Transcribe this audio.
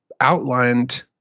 outlined